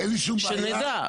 אין לי שום בעיה,